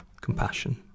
compassion